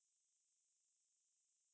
没有他们写到很 complicated lah